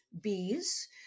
bees